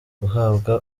guhabwa